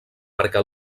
perquè